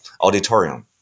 auditorium